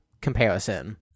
comparison